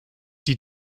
die